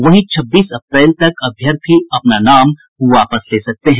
वहीं छब्बीस अप्रैल तक अभ्यर्थी अपना नाम वापस ले सकते हैं